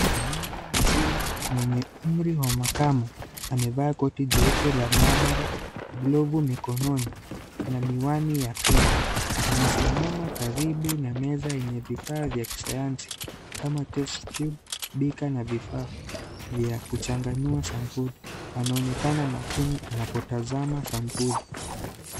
Mwanaume mzima mwenye umri wa makamu amevaa koti jeupe la maabara, glovu mikononi na miwani ya kinga. Amesimama karibu na meza yenye vifaa vya kisayansi kama test tube , beaker na vifaa vya kuchanganua sampuli. Anaonekana makini anapotazama sampuli.